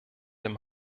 dem